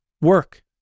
work